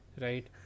right